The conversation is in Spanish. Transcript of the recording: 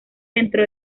dentro